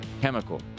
chemical